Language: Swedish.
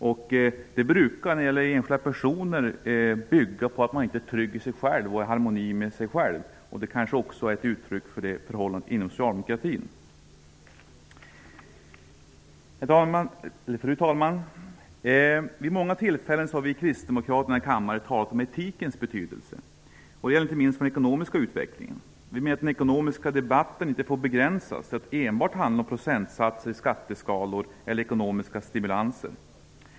När det gäller enskilda personer brukar det bero på att man inte är trygg i sig själv, inte är i harmoni med sig själv. Det här kanske är ett uttryck för det förhållandet inom socialdemokratin. Fru talman! Vid många tillfällen har vi kristdemokrater i denna kammare talat om etikens betydelse. Detta gäller inte minst för den ekonomiska utvecklingen. Vi menar att den ekonomiska debatten inte får begränsas till att enbart handla om procentsatser i skatteskalor eller ekonomiska stimulanser.